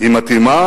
היא מתאימה